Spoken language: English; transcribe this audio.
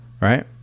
Right